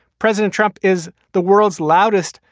president trump is the world's loudest,